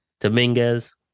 Dominguez